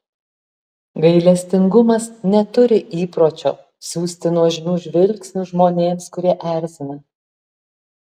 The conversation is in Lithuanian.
gailestingumas neturi įpročio siųsti nuožmių žvilgsnių žmonėms kurie erzina